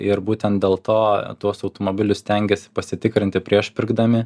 ir būtent dėl to tuos automobilius stengias pasitikrinti prieš pirkdami